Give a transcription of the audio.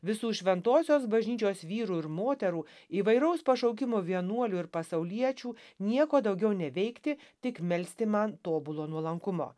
visų šventosios bažnyčios vyrų ir moterų įvairaus pašaukimo vienuolių ir pasauliečių nieko daugiau neveikti tik melsti man tobulo nuolankumo